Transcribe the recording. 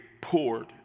poured